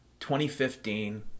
2015